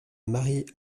marie